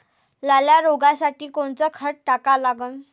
लाल्या रोगासाठी कोनचं खत टाका लागन?